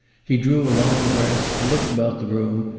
he drew a long breath, looked about the room,